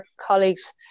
colleagues